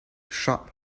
sharp